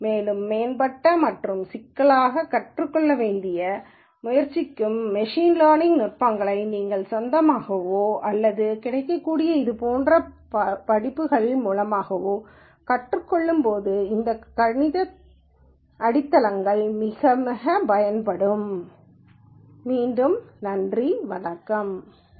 மேலும் மேம்பட்ட மற்றும் சிக்கலான கற்றுக்கொள்ள முயற்சிக்கும்போது மெஷின் லேர்னிங் நுட்பங்களை நீங்கள் சொந்தமாகவோ அல்லது கிடைக்கக்கூடிய இது போன்ற படிப்புகள் மூலமாகவோ கற்றுக் கொள்ளும்போது இந்த கணித அடித்தளங்கள் மிகவும் முக்கியமானது